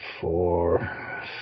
four